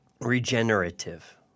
regenerative